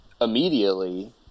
immediately